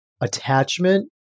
attachment